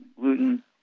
gluten